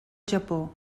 japó